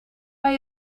bij